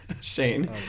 shane